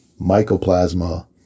mycoplasma